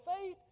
faith